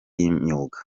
y’imyuga